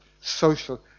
social